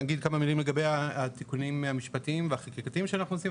אני אגיד כמה מילים לגבי התיקונים המשפטיים והחקיקתיים שאנחנו עושים,